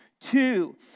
Two